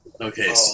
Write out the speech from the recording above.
Okay